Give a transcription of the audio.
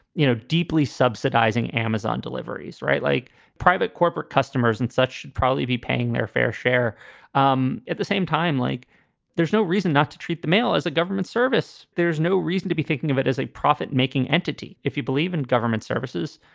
you know deeply subsidizing amazon deliveries. right. like private corporate customers and such should probably be paying their fair share um at the same time, like there's no reason not to treat the mail as a government service. there's no reason to be thinking of it as a profit making entity. if you believe in government services,